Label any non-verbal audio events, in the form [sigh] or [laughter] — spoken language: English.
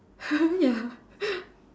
[laughs] ya